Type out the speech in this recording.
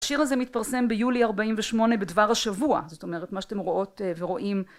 השיר הזה מתפרסם ביולי ארבעים ושמונה בדבר השבוע, זאת אומרת מה שאתם רואות ורואים